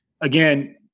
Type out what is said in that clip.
again